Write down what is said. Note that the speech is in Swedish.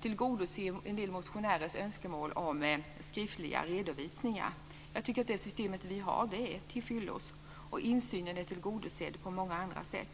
tillgodose en del motionärers önskemål om skriftliga redovisningar. Jag tycker att det system som vi har är tillfyllest och att insynen är tillgodosedd på många andra sätt.